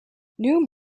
new